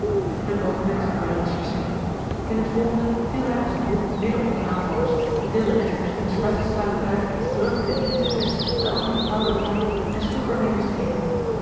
een oogenblik stond willem als versteend in t volgende viel hij als een bom midden onder de aanvallers deelde rechts en links vuistslagen uit rukte den een zijn mes den ander het touw uit de handen en sloeg er mee om zich heen